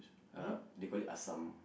uh they call it asam